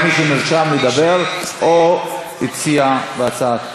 רק מי שנרשם לדבר או הציע בהצעה.